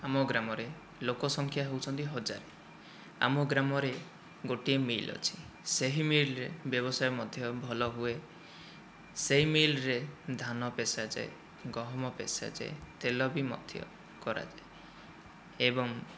ଆମ ଗ୍ରାମରେ ଲୋକ ସଂଖ୍ୟା ହେଉଛନ୍ତି ହଜାର ଆମ ଗ୍ରାମରେ ଗୋଟିଏ ମିଲ୍ ଅଛି ସେହି ମିଲ୍ରେ ବ୍ୟବସାୟ ମଧ୍ୟ ଭଲ ହୁଏ ସେହି ମିଲ୍ରେ ଧାନ ପେଶାଯାଏ ଗହମ ପେଶାଯାଏ ତେଲ ବି ମଧ୍ୟ କରାଯାଏ ଏବଂ